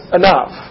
enough